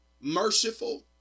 merciful